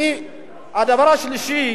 הדבר השלישי,